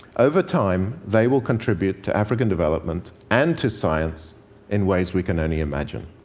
over time, they will contribute to african development and to science in ways we can only imagine.